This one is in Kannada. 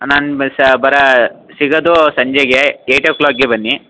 ನಾನು ಬ ಸಹ ಬರೋ ಸಿಗೋದೂ ಸಂಜೆಗೆ ಏಯ್ಟ್ ಓ ಕ್ಲಾಕ್ಗೆ ಬನ್ನಿ